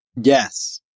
Yes